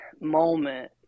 moment